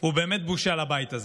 הוא באמת בושה לבית הזה.